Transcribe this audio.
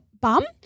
bum